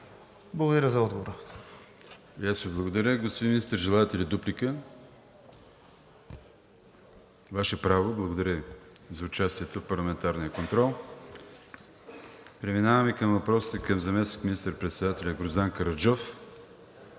Благодаря за отговора.